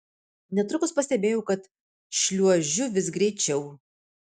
netrukus pastebėjau kad šliuožiu vis greičiau